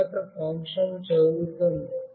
తరువాత ఫంక్షన్ చదువుతుంది